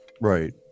Right